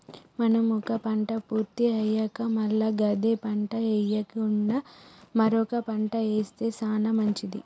మనం ఒక పంట పూర్తి అయ్యాక మల్ల గదే పంట ఎయ్యకుండా మరొక పంట ఏస్తె సానా మంచిది